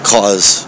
Cause